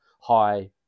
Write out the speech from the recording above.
hi